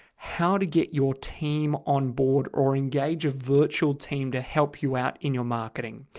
how to get your team on board or engage a virtual team to help you out in your marketing,